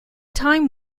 time